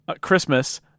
christmas